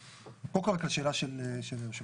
קודם כל רק לשאלה של היושב-ראש.